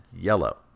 yellow